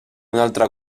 altre